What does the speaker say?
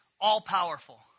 all-powerful